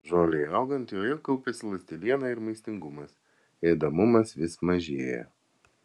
žolei augant joje kaupiasi ląsteliena ir maistingumas ėdamumas vis mažėja